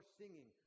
singing